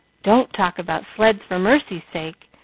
don't talk about sleds, for mercy's sake!